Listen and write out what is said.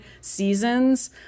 seasons